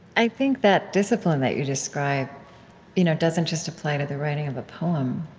i think that discipline that you describe you know doesn't just apply to the writing of a poem.